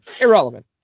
irrelevant